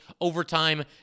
overtime